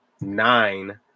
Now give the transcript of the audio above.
nine